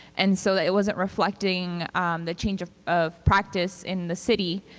and so it wasn't reflecting the change of of practice in the city,